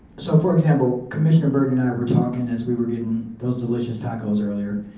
so for example, commissioner berg and i were talking as we were getting those delicious tacos earlier.